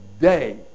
day